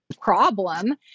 problem